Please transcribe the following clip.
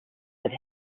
with